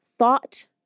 Thought